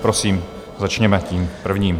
Prosím, začněme tím prvním.